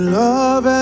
love